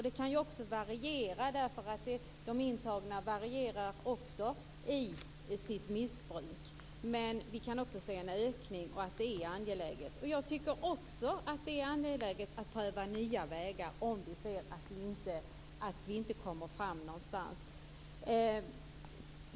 Det kan variera, eftersom de intagna varierar i sitt missbruk. Men vi kan se en ökning. Jag tycker också att det är angeläget att pröva nya vägar om vi ser att vi inte kommer fram.